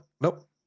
Nope